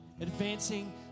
advancing